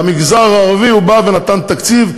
למגזר הערבי הוא בא ונתן תקציב,